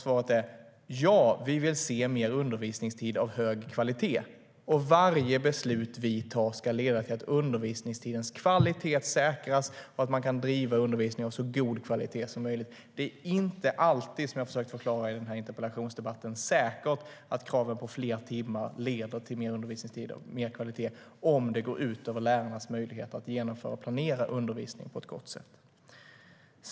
Svaret är: Ja, vi vill se mer undervisningstid av hög kvalitet. Varje beslut vi fattar ska leda till att undervisningstidens kvalitet säkras och att man kan driva undervisning av så god kvalitet som möjligt. Det är inte alltid, som jag har försökt att förklara i den här interpellationsdebatten, säkert att kravet på fler timmar leder till mer undervisningstid av högre kvalitet om det går ut över lärarnas möjligheter att genomföra planerad undervisning på ett gott sätt.